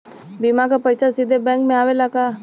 बीमा क पैसा सीधे बैंक में आवेला का?